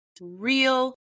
real